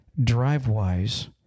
drivewise